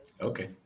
Okay